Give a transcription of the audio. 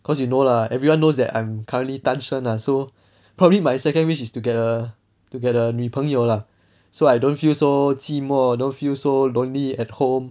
cause you know lah everyone knows that I'm currently 单身 lah so probably my second wish is to get a to get a 女朋友 lah so I don't feel so 寂寞 don't feel so lonely at home